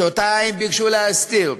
שאותה הם ביקשו להסתיר.